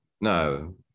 No